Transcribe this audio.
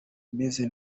ameze